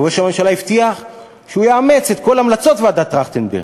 ראש הממשלה הבטיח שהוא יאמץ את כל המלצות ועדת טרכטנברג,